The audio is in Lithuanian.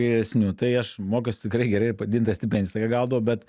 geresniu tai aš mokiausi tikrai gerai ir padidintą stipendiją visąlaik gaudavau bet